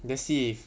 then see if